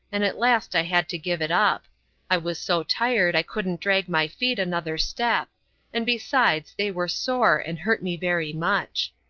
and at last i had to give it up i was so tired i couldn't drag my feet another step and besides, they were sore and hurt me very much.